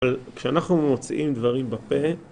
כשאנחנו מוציאים דברים בפה